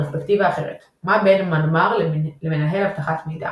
פרספקטיבה אחרת מה בין מנמ"ר למנהל אבטחת מידע?,